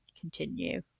continue